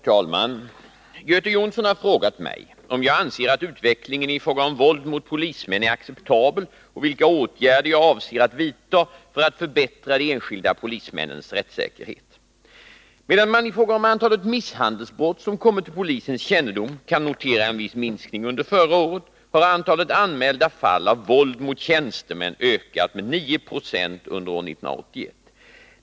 Herr talman! Göte Jonsson har frågat mig om jag anser att utvecklingen i fråga om våld mot polismän är acceptabel och vilka åtgärder jag avser att vidta för att förbättra de enskilda polismännens rättssäkerhet. Medan man i fråga om antalet misshandelsbrott som kommit till polisens kännedom kan notera en viss minskning under förra året, har antalet anmälda fall av våld mot tjänsteman ökat med 9 20 under år 1981.